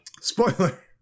Spoiler